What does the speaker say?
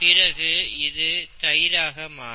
பிறகு இது தயிராக மாறும்